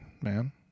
man